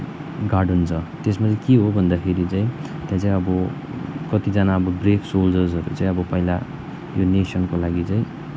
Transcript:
garden छ त्यसमा चाहिँ के हो भन्दाखेरि चाहिँ त्यहाँ चाहिँ अब कतिजना अब ब्रेभ सोल्जर्सहरू चाहिँ अब पहिला यो नेसनको लागि चाहिँ